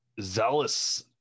zealous